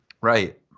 Right